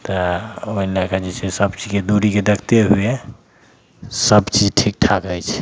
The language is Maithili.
तऽ ओहि लैके जे छै सबचीजके दूरीके देखिते हुए सबचीज ठिकठाक रहै छै